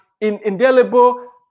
indelible